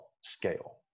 scale